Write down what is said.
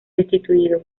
destituido